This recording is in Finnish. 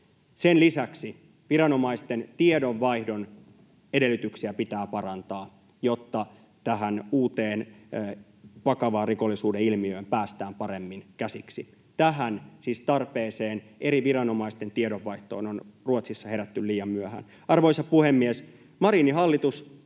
Sen lisäksi viranomaisten tiedonvaihdon edellytyksiä pitää parantaa, jotta tähän uuteen, vakavaan rikollisuuden ilmiön päästään paremmin käsiksi. Tähän, siis tarpeeseen eri viranomaisten tiedonvaihtoon, on Ruotsissa herätty liian myöhään. Arvoisa puhemies! Marinin hallitus